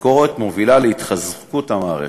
הביקורת מובילה להתחזקות המערכת.